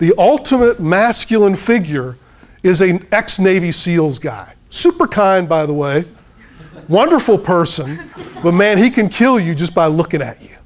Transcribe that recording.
the ultimate masculine figure is a x navy seals guy super kind by the way wonderful person a man he can kill you just by looking at you